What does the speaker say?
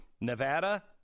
Nevada